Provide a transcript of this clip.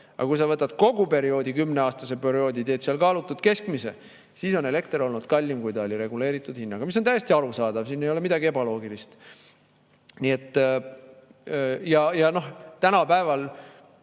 aga kui sa võtad kogu kümneaastase perioodi, teed seal kaalutud keskmise, siis on elekter olnud kallim, kui ta oli reguleeritud hinnaga. See on täiesti arusaadav, siin ei ole midagi ebaloogilist. Tänapäeval